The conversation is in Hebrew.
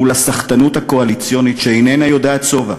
מול הסחטנות הקואליציונית שאיננה יודעת שובע,